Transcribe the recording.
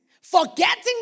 Forgetting